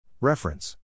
Reference